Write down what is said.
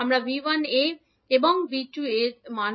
আমরা 𝐕1𝒂 𝒂𝐈11𝒂𝐈1𝒂 𝐳12𝒂𝐈2𝒂 𝒂 লিখতে পারি